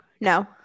No